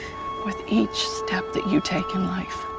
with each step that you take in life.